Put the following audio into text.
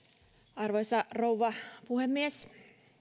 arvoisa rouva puhemies